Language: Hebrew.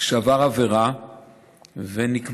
שעבר עבירה ונקבע,